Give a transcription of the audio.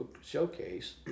showcase